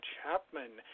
Chapman